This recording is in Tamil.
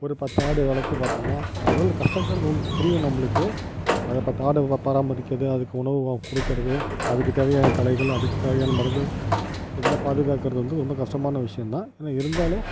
ஒரு பத்து ஆடு வளர்த்துப் பார்த்தம்னா அதில் உள்ள கஷ்டங்களும் புரியும் நம்மளுக்கு அதைப் பத்து ஆடு பராமரிக்கிறது அதுக்கு உணவு கொடுக்கிறது அதுக்குத் தேவையான தழைகள் அதுக்குத் தேவையான மருந்து இதெல்லாம் பாதுகாக்கிறது வந்து ரொம்ப கஷ்டமான விஷயம்தான் ஆனால் இருந்தாலும்